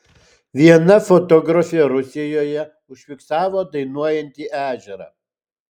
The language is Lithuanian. viena fotografė rusijoje užfiksavo dainuojantį ežerą